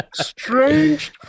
strange